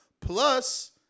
Plus